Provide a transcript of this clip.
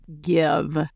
give